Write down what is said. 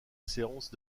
séance